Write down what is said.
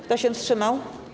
Kto się wstrzymał?